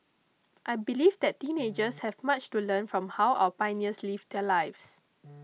I believe that teenagers have much to learn from how our pioneers lived their lives